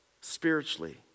spiritually